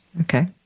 Okay